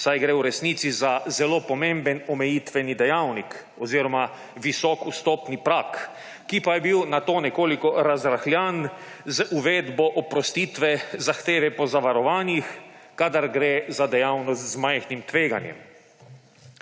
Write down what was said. saj gre v resnici za zelo pomemben omejitveni dejavnik oziroma visok vstopni prag, ki pa je bil nato nekoliko razrahljan z uvedbo oprostitve zahteve po zavarovanjih, kadar gre za dejavnost z majhnim tveganjem.